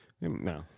No